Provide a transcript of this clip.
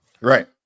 right